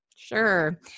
sure